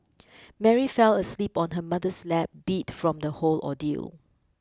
Mary fell asleep on her mother's lap beat from the whole ordeal